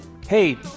hey